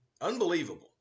Unbelievable